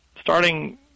starting